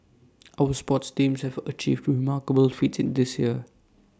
our sports teams have achieved remarkable feats this year